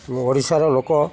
ମୋ ଓଡ଼ିଶାର ଲୋକ